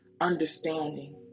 understanding